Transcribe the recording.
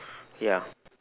ya